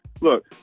Look